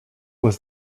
was